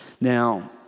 Now